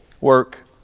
work